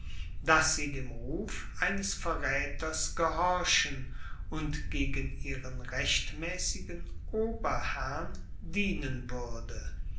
daß sie dem ruf eines verräthers gehorchen und gegen ihren rechtmäßigen oberherrn dienen würde